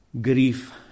grief